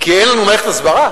כי אין לנו מערכת הסברה,